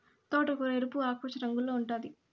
తోటకూర ఎరుపు, ఆకుపచ్చ రంగుల్లో ఉంటాది